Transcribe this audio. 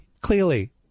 Clearly